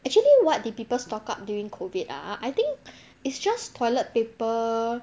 actually what did people stock up during COVID ah I think it's just toilet paper